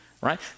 Right